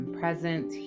present